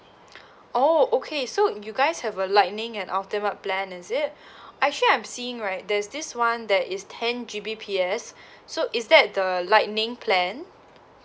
orh okay so you guys have a lightning and ultimate plan is it actually I'm seeing right there's this [one] that is ten G_B_P_S so is that the lightning plan